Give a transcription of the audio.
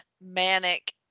manic